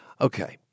Okay